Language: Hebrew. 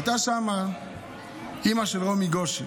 הייתה שם אימא של רומי גונן,